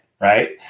right